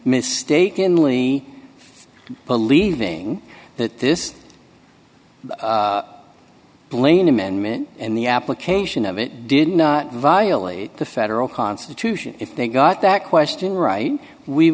mistakenly believing that this plane amendment and the application of it did not violate the federal constitution if they got that question right we